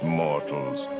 mortals